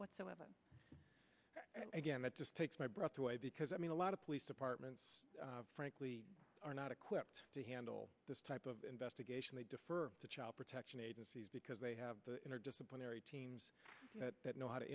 whatsoever again it just takes my breath away because i mean a lot of police departments frankly are not equipped to handle this type of investigation they defer to child protection agencies because they have disciplinary teams that know how to